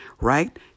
right